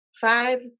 five